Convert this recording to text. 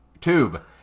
Tube